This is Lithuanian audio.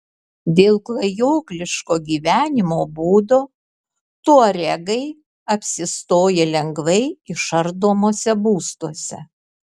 dėl klajokliško gyvenimo būdo tuaregai apsistoja lengvai išardomuose būstuose